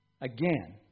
Again